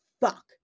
fuck